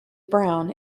brown